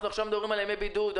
עכשיו אנחנו מדברים על ימי בידוד.